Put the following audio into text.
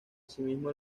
asimismo